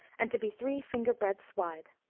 and to be three finger-breadths wide.